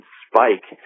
spike